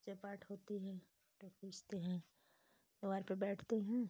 पूजा पाठ होती है फ़ोटो खींचते हैं द्वार पे बैठते हैं